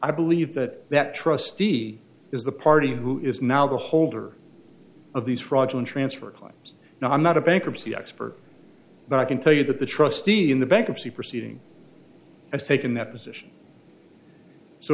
i believe that that trustee is the party who is now the holder of these fraudulent transfer claims no i'm not a bankruptcy expert but i can tell you that the trustee in the bankruptcy proceeding has taken that position so